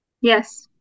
Yes